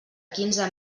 quinze